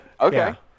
Okay